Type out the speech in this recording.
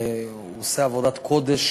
הוא עושה עבודת קודש